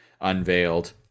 unveiled